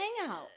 hangout